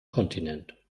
kontinent